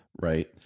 Right